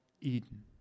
Eden